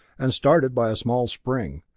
and started by a small spring.